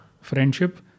friendship